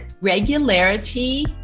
Regularity